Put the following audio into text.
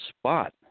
spot